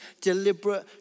deliberate